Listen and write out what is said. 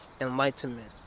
enlightenment